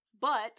but-